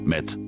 Met